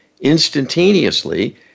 instantaneously